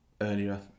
earlier